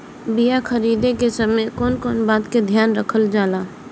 बीया खरीदे के समय कौन कौन बात के ध्यान रखल जाला?